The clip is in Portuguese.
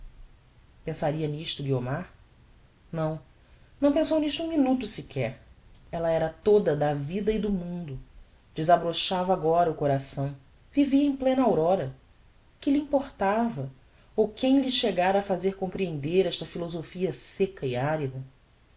pensaria nisto guiomar não não pensou nisto um minuto sequer ella era toda da vida e do mundo desabrochava agora o coração vivia em plena aurora que lhe importava ou quem lhe chegara a fazer comprehender esta philosophia secca e arida